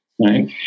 right